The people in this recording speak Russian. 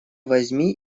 возьми